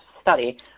study